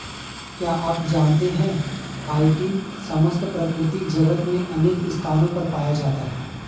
क्या आप जानते है काइटिन समस्त प्रकृति जगत में अनेक स्थानों पर पाया जाता है?